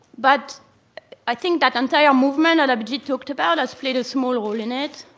but i think that entire movement that abhijit talked about has played a small role in it,